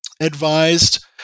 advised